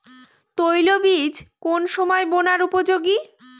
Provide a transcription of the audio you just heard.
তৈল বীজ কোন সময় বোনার উপযোগী?